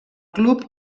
club